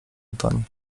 antoni